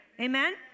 Amen